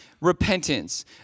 repentance